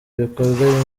ibikorwa